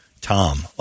Tom